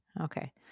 Okay